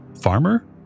farmer